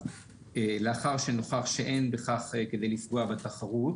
לאחר שנוכח שאין בכך כדי לפגוע בתחרות.